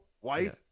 White